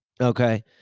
okay